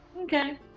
Okay